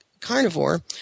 carnivore